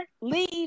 leave